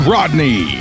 Rodney